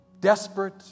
desperate